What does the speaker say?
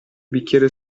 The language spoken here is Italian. bicchiere